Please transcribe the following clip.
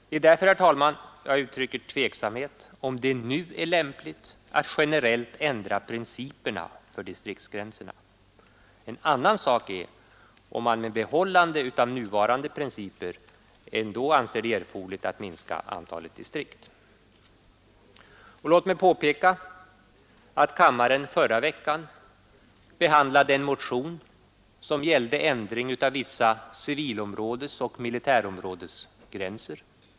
Det är därför jag uttrycker tveksamhet om det nu är lämpligt att generellt ändra principerna för distriktsgränserna. En annan sak är om man med behållande av nuvarande principer ändå anser det erforderligt att minska antalet distrikt. Låt mig påpeka att kammaren förra veckan behandlade en motion om ändring av vissa civilområdesoch militärområdesgränser.